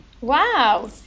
Wow